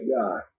God